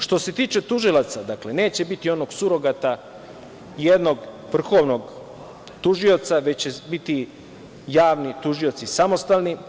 Što se tiče tužilaca, neće biti onog surogata jednog vrhovnog tužioca, već će biti javni tužioci samostalni.